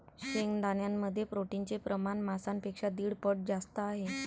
शेंगदाण्यांमध्ये प्रोटीनचे प्रमाण मांसापेक्षा दीड पट जास्त आहे